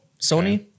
Sony